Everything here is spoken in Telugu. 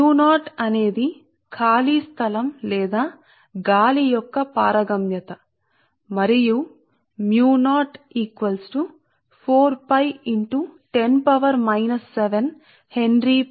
కాబట్టి అంతరిక్షం లేదా గాలి యొక్క permeability మరియు Henrymeter మీటరు కు హెన్రీ కాబట్టి ఇప్పుడు అవకలన ప్రవాహం dx మందం ఉన్న చిన్న ప్రాంతానికి అవకలన ప్రవాహం అంటే ఈ చిత్రమే మళ్ళీ సరే